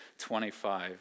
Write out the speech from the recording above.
25